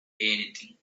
anything